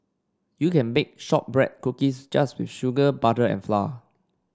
you can bake shortbread cookies just with sugar butter and flour